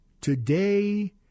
today